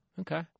Okay